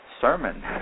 sermon